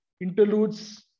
interludes